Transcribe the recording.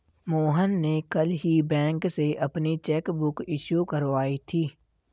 मोहन ने कल ही बैंक से अपनी चैक बुक इश्यू करवाई थी